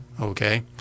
Okay